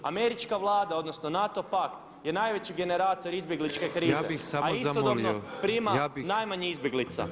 Američka vlada odnosno NATO pakt je najveći generator izbjegličke krize a isto dobno prima najmanje izbjeglica.